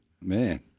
man